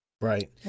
right